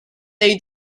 they